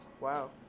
wow